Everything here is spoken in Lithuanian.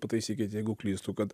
pataisykit jeigu klystu kad